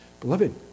Beloved